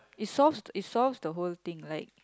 it solves it solves the whole thing like